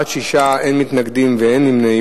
בעד, 6, אין מתנגדים ואין נמנעים.